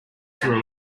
through